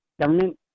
government